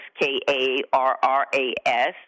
K-A-R-R-A-S